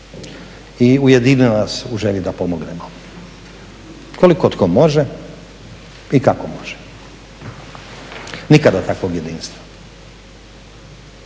i ujedinila nas u želji da pomognemo koliko tko može i kako može. Nikada takvog jedinstva.